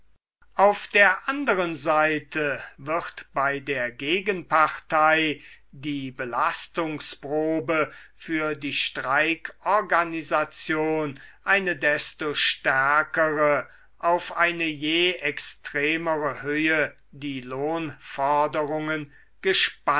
auf der anderen seite wird bei der gegenpartei die belastungsprobe für die streikorganisation eine desto stärkere auf eine je extremere höhe die lohnforderungen